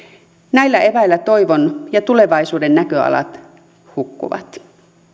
näillä eväillä toivon ja tulevaisuuden näköalat hukkuvat